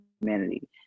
humanity